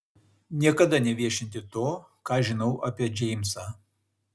niekada neviešinti to ką žinau apie džeimsą